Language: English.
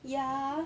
ya